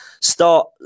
start